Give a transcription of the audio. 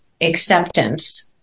acceptance